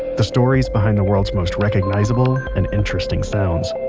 the stories behind the world's most recognizable and interesting sounds.